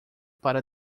para